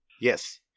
Yes